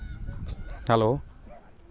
hello